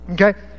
Okay